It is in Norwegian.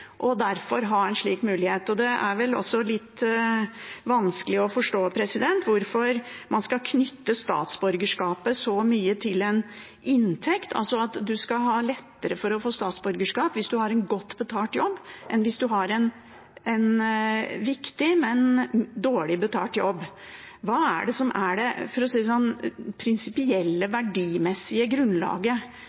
og derfor ha en slik mulighet. Det er også litt vanskelig å forstå hvorfor man skal knytte statsborgerskapet så mye til en inntekt, altså at man skal ha lettere for å få statsborgerskap hvis man har en godt betalt jobb, enn hvis man har en viktig, men dårlig betalt jobb. Hva er det prinsipielle, verdimessige grunnlaget bak en slik sortering av mennesker etter inntektsnivå? Jeg merker meg at representanten velger å